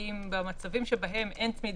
שבסעיף של ההכרזה על המלוניות,